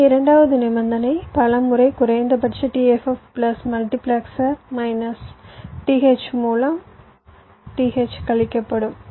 எனவே இரண்டாவது நிபந்தனை பல முறை குறைந்தபட்ச t ff plus multiplexer minus t h மூலம் t h கழிக்கப்படும்